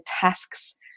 tasks